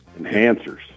enhancers